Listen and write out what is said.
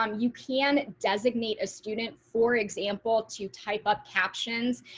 um you can designate a student, for example, to type up captions,